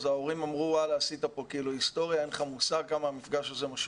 ההורים אמרו שעשינו היסטוריה וכי אין לי מושג כמה המפגש הזה משמעותי.